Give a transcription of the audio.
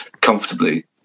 comfortably